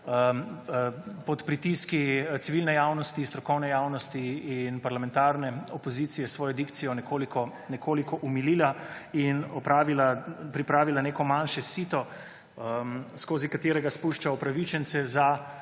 pod pritiski civilne javnosti, strokovne javnosti in parlamentarne opozicije svojo dikcijo nekoliko umilila in pripravila neko manjše sito skozi katerega spušča upravičence za